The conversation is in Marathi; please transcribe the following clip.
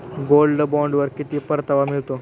गोल्ड बॉण्डवर किती परतावा मिळतो?